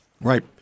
Right